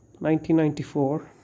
1994